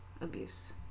abuse